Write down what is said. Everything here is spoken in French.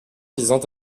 visant